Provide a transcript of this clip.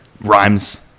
Rhymes